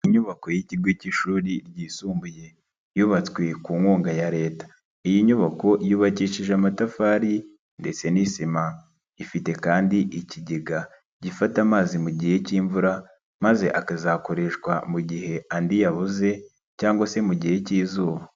Inyubako y'ikigo cy'ishuri ryisumbuye, yubatswe ku nkunga ya Leta, iyi nyubako yubakishije amatafari ndetse n'isima, ifite kandi ikigega gifata amazi mu gihe cy'imvura maze akazakoreshwa mu gihe andi yabuze cyangwa se mu gihe cy'izuba.